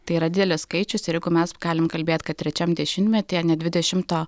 tai yra didelis skaičius ir jeigu mes galim kalbėti kad trečiam dešimtmetyje net dvidešimto